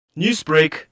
Newsbreak